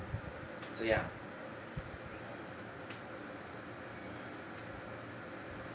这样